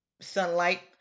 sunlight